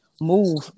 move